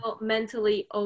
mentally